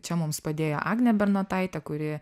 čia mums padėjo agnė bernotaitė kuri